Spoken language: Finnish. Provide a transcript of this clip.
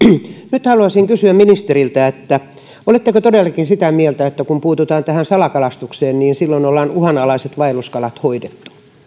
nyt haluaisin kysyä ministeriltä oletteko todellakin sitä mieltä että kun puututaan tähän salakalastukseen niin silloin ollaan uhanalaiset vaelluskalat hoidettu